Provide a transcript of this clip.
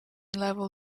level